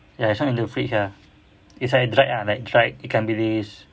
ya it's not in the fridge ah it's like dried ah dried ikan bilis